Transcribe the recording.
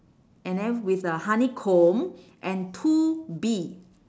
and then with a honeycomb and two bee